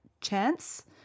Chance